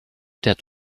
that